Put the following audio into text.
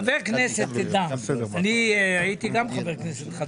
אנחנו, חברי הכנסת, באים לכאן כשליחות,